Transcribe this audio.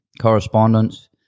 correspondence